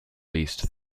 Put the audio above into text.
least